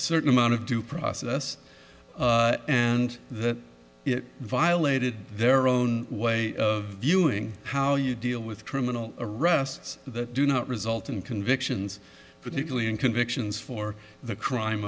certain amount of due process and that it violated their own way of viewing how you deal with criminal arrests that do not result in convictions particularly in convictions for the crime